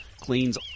cleans